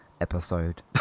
episode